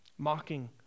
Mocking